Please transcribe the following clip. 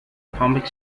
pumping